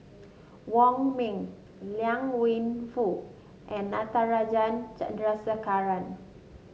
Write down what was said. Wong Ming Liang Wenfu and Natarajan Chandrasekaran